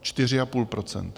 Čtyři a půl procenta.